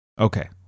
Okay